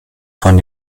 von